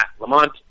Lamont